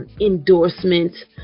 endorsement